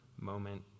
moment